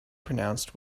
pronounced